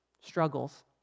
struggles